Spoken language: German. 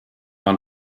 man